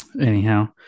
anyhow